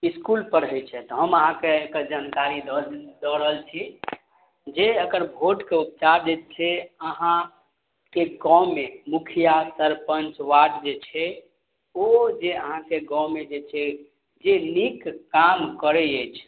इसकुल पढ़य छथि हम अहाँके एकर जानकारी दऽ दऽ रहल छी जे एकर वोटके उपचार जे छै अहाँके गाँवमे मुखिया सरपञ्च वार्ड जे छै ओ जे अहाँके गाँवमे जे छै जे नीक काम करय अछि